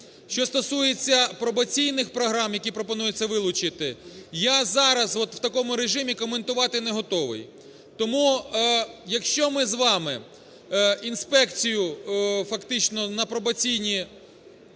Що стосується пробаційних програм, які пропонується вилучити, я зараз от в такому режимі коментувати не готовий. Тому, якщо ми з вами інспекцію фактично на пробаційні